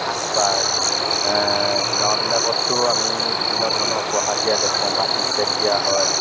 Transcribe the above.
সাজ পাৰ গাঁওবিলাকততো আমি বিভিন্ন ধৰণৰ উপহাৰ দিয়া দেখোঁ বাতি চেট দিয়া হয়